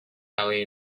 alley